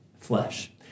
flesh